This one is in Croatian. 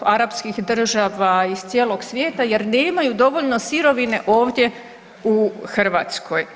arapskih država iz cijelog svijeta jer nemaju dovoljno sirovine ovdje u Hrvatskoj.